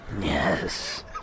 Yes